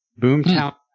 Boomtown